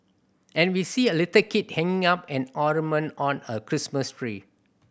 and we see a little kid hanging up an ornament on a Christmas tree